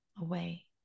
away